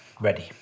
ready